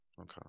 Okay